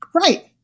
Right